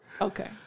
Okay